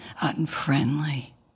unfriendly